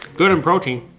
good in protein.